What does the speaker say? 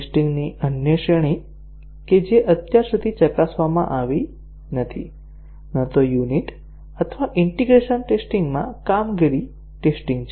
testing ની અન્ય શ્રેણી કે જે અત્યાર સુધી ચકાસવામાં આવી નથી ન તો યુનિટ અથવા ઈન્ટીગ્રેશન ટેસ્ટીંગ માં કામગીરી ટેસ્ટીંગ છે